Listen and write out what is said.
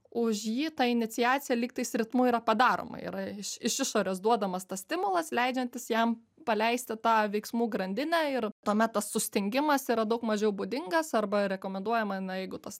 už jį ta iniciacija lygtais ritmu yra padaroma yra iš išorės duodamas tas stimulas leidžiantis jam paleisti tą veiksmų grandinę ir tuomet tas sustingimas yra daug mažiau būdingas arba rekomenduojama na jeigu tas